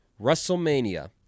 wrestlemania